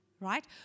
right